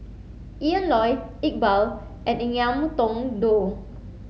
Ian Loy Iqbal and Ngiam Tong Dow